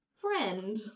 friend